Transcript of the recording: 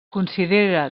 considera